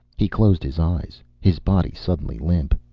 he closed his eyes, his body suddenly limp.